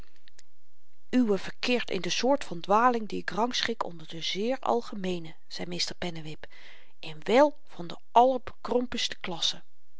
uwe verkeert in de soort van dwaling die ik rangschik onder de zeer algemeene zei meester pennewip en wel van de allerbekrompenste klasse